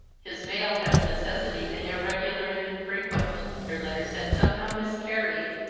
his mail had of necessity been irregular and infrequent their letters had somehow miscarried,